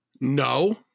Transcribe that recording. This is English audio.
No